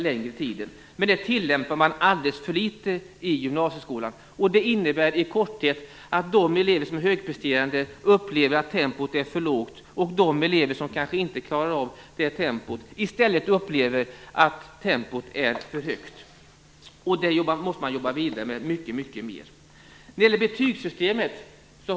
Men det här systemet tillämpas alldeles för litet i gymnasieskolan, och det innebär att de elever som är högpresterande upplever att tempot är för lågt och att de elever som kanske inte klarar av det tempot i stället upplever att tempot är för högt. Detta måste man jobba vidare med, mycket, mycket mer.